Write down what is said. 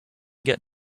get